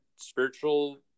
spiritual